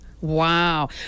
Wow